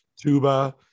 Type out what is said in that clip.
tuba